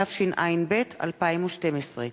התשע"ב 2012,